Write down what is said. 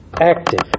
active